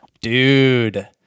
Dude